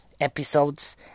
episodes